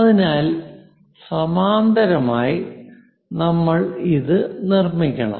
അതിനാൽ സമാന്തരമായി നമ്മൾ അത് നിർമ്മിക്കണം